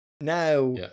Now